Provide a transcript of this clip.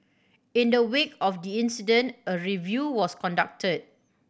in the wake of the incident a review was conducted